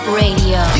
radio